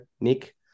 Nick